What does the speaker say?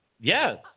Yes